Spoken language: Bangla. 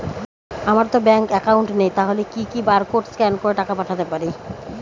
আমারতো ব্যাংক অ্যাকাউন্ট নেই তাহলে কি কি বারকোড স্ক্যান করে টাকা পাঠাতে পারি?